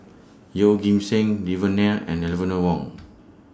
Yeoh Ghim Seng Devan Nair and Eleanor Wong